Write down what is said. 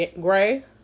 Gray